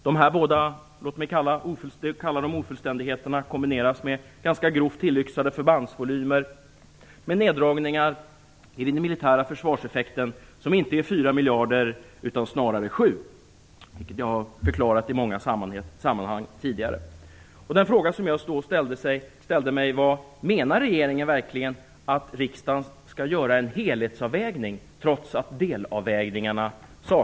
Det här bägge "ofullständigheterna" kombineras med ganska grovt tillyxade förbandsvolymer och neddragningar när det gäller den militära försvarseffekten, som inte är 4 miljarder utan snarare 7. Detta har jag i många sammanhang tidigare förklarat. Den fråga som jag ställt mig är: Menar regeringen verkligen att riksdagen skall göra en helhetsavvägning, trots att delavvägningar saknas?